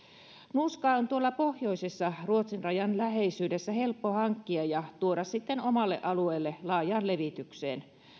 nuuskaa on tuolla pohjoisessa ruotsin rajan läheisyydessä helppo hankkia ja tuoda sitten omalle alueelle laajaan levitykseen